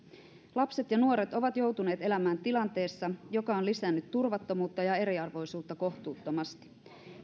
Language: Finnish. lapset ja nuoret ovat joutuneet elämään tilanteessa joka on lisännyt turvattomuutta ja eriarvoisuutta kohtuuttomasti